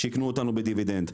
שייקנו אותנו בדיבידנד.